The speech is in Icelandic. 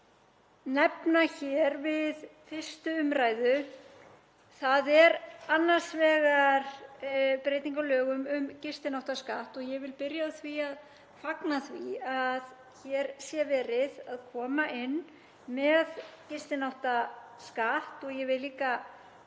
nefna hér við 1. umræðu og það er annars vegar breyting á lögum um gistináttaskatt. Ég vil byrja á því að fagna því að hér sé verið að koma inn með gistináttaskatt og ég vil líka